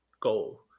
goal